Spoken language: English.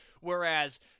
Whereas